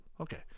Okay